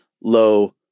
low